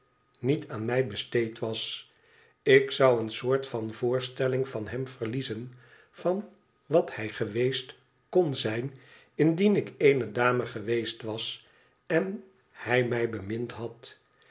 niet aan mij besteed was ik zou een soort van voorstelling van hem verliezen van wat hij geweest kon zijn indien ik eene dame geweest was en hij mij bemind had